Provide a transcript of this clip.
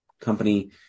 company